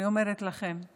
אני אומרת לכם,